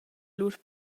lur